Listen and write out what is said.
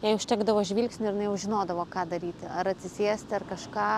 jai užtekdavo žvilgsnio ir jinai jau žinodavo ką daryti ar atsisėsti ar kažką